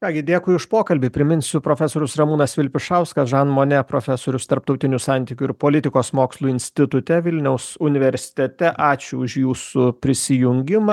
ką gi dėkui už pokalbį priminsiu profesorius ramūnas vilpišauskas žan monė profesorius tarptautinių santykių ir politikos mokslų institute vilniaus universitete ačiū už jūsų prisijungimą